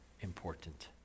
important